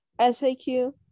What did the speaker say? SAQ